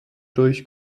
durch